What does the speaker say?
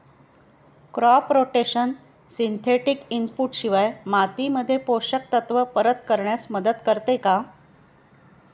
Crop rotation synthetic input शिवाय मातीमध्ये पोषक तत्त्व परत करण्यास मदत करते का?